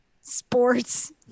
Sports